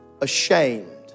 ashamed